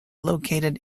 located